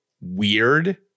weird